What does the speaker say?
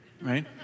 right